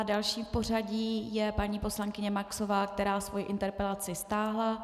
Další v pořadí je paní poslankyně Maxová, která svoji interpelaci stáhla.